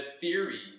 theory